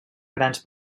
grans